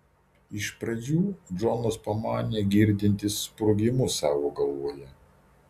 iš pradžių džonas pamanė girdintis sprogimus savo galvoje